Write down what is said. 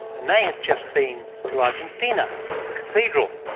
and they had just been to argentina, to a cathedral,